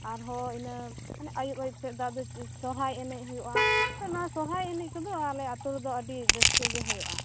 ᱟᱨᱦᱚᱸ ᱤᱱᱟ ᱢᱟᱱᱮ ᱟᱹᱭᱩᱵ ᱟᱹᱭᱩᱵ ᱥᱮᱫ ᱫᱚ ᱥᱚᱦᱚᱨᱟᱭ ᱮᱱᱮᱡ ᱦᱩᱭᱩᱜ ᱟ ᱥᱮ ᱱᱚᱶᱟ ᱥᱚᱨᱦᱟᱭ ᱮᱱᱮᱡ ᱠᱚᱫᱚ ᱟᱞᱮ ᱟᱛᱳᱨᱮᱫᱚ ᱟ ᱰᱤ ᱨᱟ ᱥᱠᱟ ᱜᱮ ᱦᱩᱭᱩᱜ ᱟ